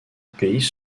pays